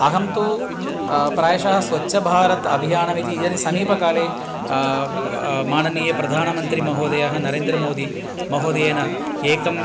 अहं तु प्रायशः स्वच्छभारत अभियानमिति यद् समीपकाले माननीय प्रधानमन्त्री महोदयः नरेन्द्रमोदि महोदयेन एकं